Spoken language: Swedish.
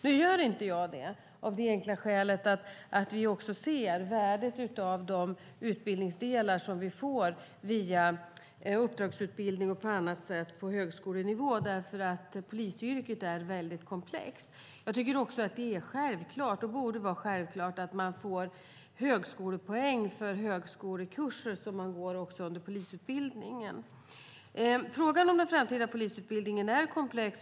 Nu gör inte jag det av det enkla skälet att vi ser värdet av de utbildningsdelar som vi får via uppdragsutbildning och på annat sätt på högskolenivå eftersom polisyrket är väldigt komplext. Det är och borde vara självklart att elever får högskolepoäng för högskolekurser de går också under polisutbildningen. Frågan om den framtida polisutbildningen är komplex.